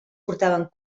portaven